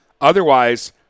Otherwise